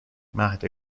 مهد